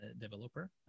developer